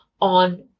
on